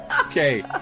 Okay